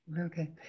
Okay